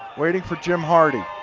waiting for jim hardy.